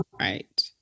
Right